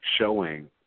showing